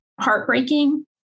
heartbreaking